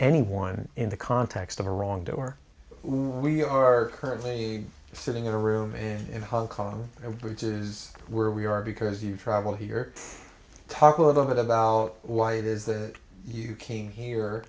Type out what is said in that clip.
anyone in the context of a wrong door we are currently sitting in a room in hong kong which is where we are because you travel here talk of the bit about why it is that you came here